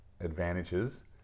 advantages